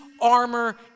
armor